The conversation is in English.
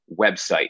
website